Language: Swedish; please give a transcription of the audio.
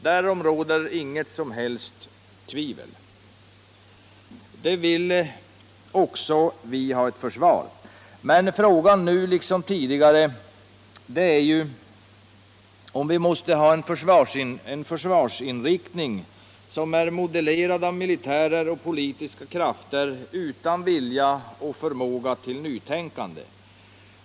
Därom råder inget som helst tvivel. Också vi vill ha ett bra försvar. Men frågan nu liksom tidigare är ju om vi måste ha en försvarsinriktning som är modellerad av militärer och politiska krafter utan vilja och förmåga till nytänkande.